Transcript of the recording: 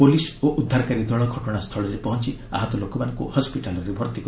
police ଓ ଉଦ୍ଧାରକାରୀ ଦଳ ଘଟଣା ସ୍ଥଳରେ ପହଞ୍ଚି ଆହତ ଲୋକମାନଙ୍କୁ ହସ୍କିଟାଲ୍ରେ ଭର୍ତ୍ତି